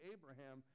Abraham